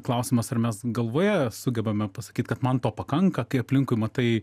klausimas ar mes galvoje sugebame pasakyt kad man to pakanka kai aplinkui matai